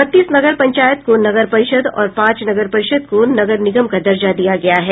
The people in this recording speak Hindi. बत्तीस नगर पंचायत को नगर परिषद और पांच नगर परिषद को नगर निगम का दर्जा दिया गया है